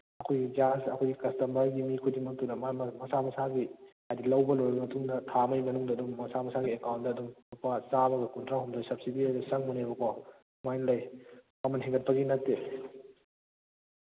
ꯑꯩꯈꯣꯏꯒꯤ ꯒ꯭ꯌꯥꯁ ꯑꯩꯈꯣꯏꯒꯤ ꯀꯁꯇꯃꯔꯒꯤ ꯃꯤ ꯈꯨꯗꯤꯡꯃꯛꯇꯨꯒꯤ ꯃꯥꯒꯤ ꯃꯥꯒꯤ ꯃꯁꯥ ꯃꯁꯥꯒꯤ ꯍꯥꯏꯗꯤ ꯂꯧꯕ ꯂꯣꯏꯈ꯭ꯔ ꯃꯇꯨꯡꯗ ꯊꯥ ꯑꯃꯒꯤ ꯃꯅꯨꯡꯗ ꯑꯗꯨꯝ ꯃꯁꯥ ꯃꯁꯥꯒꯤ ꯑꯦꯀꯥꯎꯟꯗ ꯑꯗꯨꯝ ꯂꯨꯄꯥ ꯆꯥꯝꯃ ꯀꯨꯟꯊ꯭ꯔꯥꯍꯨꯝꯗꯣꯏ ꯁꯕꯁꯤꯗꯤ ꯑꯣꯏꯅ ꯆꯪꯕꯅꯦꯕꯀꯣ ꯁꯨꯃꯥꯏꯅ ꯂꯩ ꯃꯃꯟ ꯍꯦꯟꯒꯠꯄꯒꯤ ꯅꯠꯇꯦ